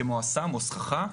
כמו אסם או סככה.